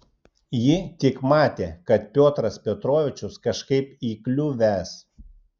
ji tik matė kad piotras petrovičius kažkaip įkliuvęs